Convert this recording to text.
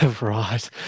Right